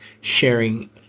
sharing